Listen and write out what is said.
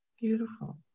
Beautiful